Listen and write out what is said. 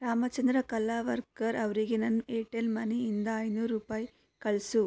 ರಾಮಚಂದ್ರ ಕಲವರ್ಕರ್ ಅವರಿಗೆ ನನ್ನ ಏರ್ಟೆಲ್ ಮನಿಯಿಂದ ಐನೂರು ರೂಪಾಯಿ ಕಳಿಸು